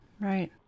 Right